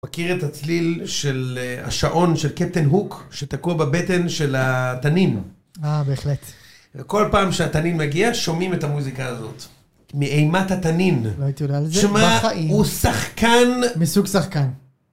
מכיר את הצליל של השעון של קפטן הוק שתקוע בבטן של התנין? אה, בהחלט. כל פעם שהתנין מגיע שומעים את המוזיקה הזאת. מאימת התנין. לא הייתי עולה על זה בחיים. שמע, הוא שחקן... מסוג שחקן.